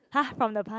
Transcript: !huh! from the past